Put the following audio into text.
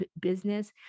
business